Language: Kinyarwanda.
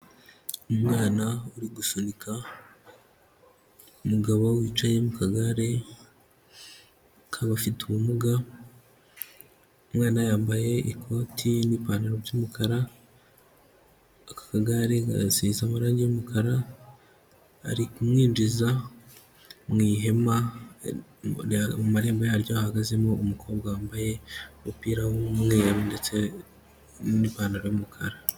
Umwana uri gusunika umugabo wicaye mu kagare k'abafite ubumuga, umwana yambaye ikoti n'ipantaro by'umukara, akagare gasize amarange y'umukara, ari kumwinjiza mu ihema, mu marembo yaryo hahagazemo umukobwa wambaye umupira w'umweru ndetse n'ipantaro y'umukara.